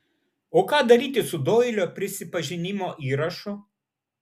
o ką daryti su doilio prisipažinimo įrašu